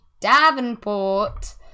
Davenport